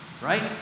right